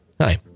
Hi